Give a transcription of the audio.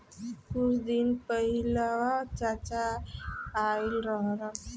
कुछ दिन पहिलवा चाचा आइल रहन